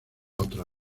otra